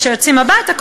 כשיוצאים הביתה,